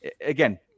again